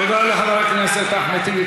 תודה לחבר הכנסת אחמד טיבי.